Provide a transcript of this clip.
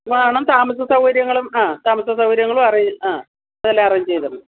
വേണം താമസസൗകര്യങ്ങളും ആ താമസസൗകര്യങ്ങളും അറേഞ്ച് ആ ആ അതെല്ലാം അറേഞ്ച് ചെയ്യണം